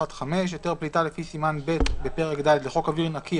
(5) היתר פליטה לפי סימן ב' בפרק ד' לחוק אוויר נקי,